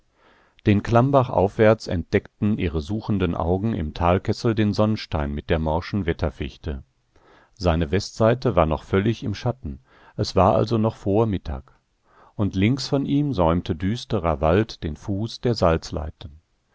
den klammbach aufwärts entdeckten ihre suchenden augen im talkessel den sonnstein mit der morschen wetterfichte seine westseite war noch völlig im schatten es war also noch vor dem mittag und links von ihm säumte düsterer wald den fuß der